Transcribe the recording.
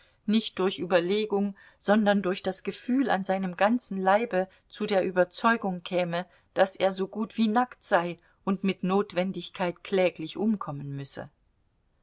nicht durch überlegung sondern durch das gefühl an seinem ganzen leibe zu der überzeugung käme daß er so gut wie nackt sei und mit notwendigkeit kläglich umkommen müsse